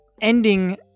ending